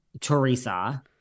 teresa